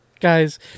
guys